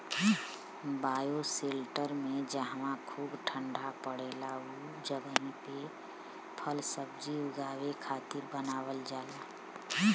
bioshelter में जहवा खूब ठण्डा पड़ेला उ जगही पे फलसब्जी उगावे खातिर बनावल जाला